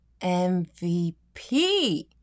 MVP